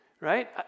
right